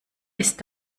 ist